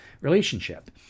relationship